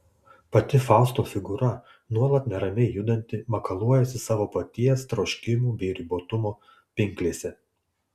pati fausto figūra nuolat neramiai judanti makaluojasi savo paties troškimų bei ribotumo pinklėse